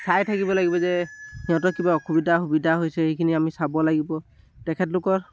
চাই থাকিব লাগিব যে সিহঁতৰ কিবা অসুবিধা সুবিধা হৈছে সেইখিনি আমি চাব লাগিব তেখেতলোকৰ